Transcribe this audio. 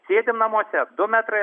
sėdim namuose du metrai